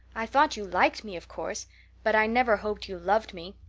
i thought you liked me of course but i never hoped you loved me.